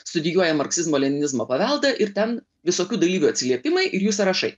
studijuoja marksizmo leninizmo paveldą ir ten visokių dalyvių atsiliepimai ir jų sąrašai